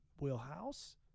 wheelhouse